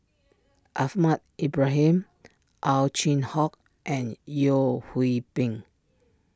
Ahmad Ibrahim Ow Chin Hock and Yeo Hwee Bin